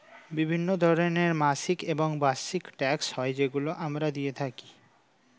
বিভিন্ন ধরনের মাসিক এবং বার্ষিক ট্যাক্স হয় যেগুলো আমরা দিয়ে থাকি